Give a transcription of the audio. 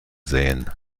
sehen